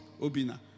Obina